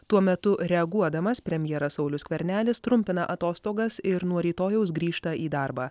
tuo metu reaguodamas premjeras saulius skvernelis trumpina atostogas ir nuo rytojaus grįžta į darbą